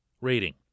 rating